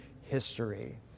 history